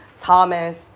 Thomas